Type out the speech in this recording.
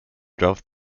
draft